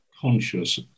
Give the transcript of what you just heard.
conscious